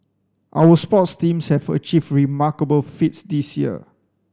our sports teams have achieved remarkable feats this year